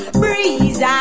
breeze